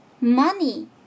Money